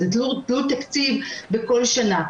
וזה תלוי תקציב בכל שנה.